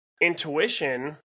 intuition